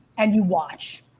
and you watch.